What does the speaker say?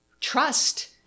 trust